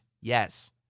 Yes